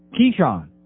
Keyshawn